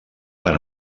per